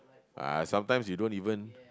ah sometimes you don't even